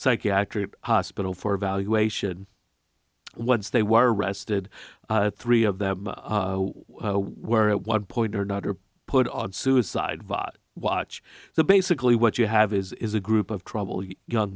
psychiatric hospital for evaluation once they were arrested three of them were at one point or not or put on suicide watch watch so basically what you have is a group of trouble young